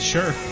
Sure